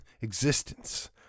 existence